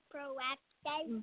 Proactive